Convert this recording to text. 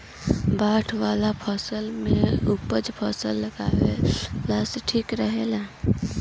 बाढ़ वाला क्षेत्र में कउन फसल लगावल ठिक रहेला?